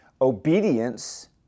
Obedience